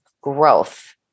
growth